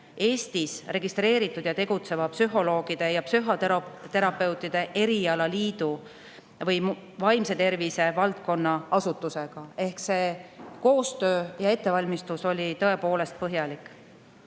Eestis registreeritud ja tegutseva psühholoogide ja psühhoterapeutide erialaliidu ja vaimse tervise valdkonna asutusega. Ehk see koostöö ja ettevalmistus oli tõepoolest põhjalik.